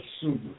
super